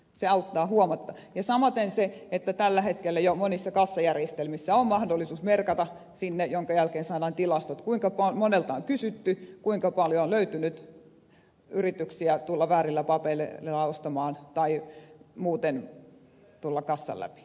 se auttaa huomattavasti samaten se että tällä hetkellä jo monissa kassajärjestelmissä on mahdollisuus merkata sinne minkä jälkeen saadaan tilastot kuinka monelta on kysytty kuinka paljon on löytynyt yrityksiä tulla väärillä papereilla ostamaan tai muuten tulla kassan läpi